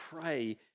pray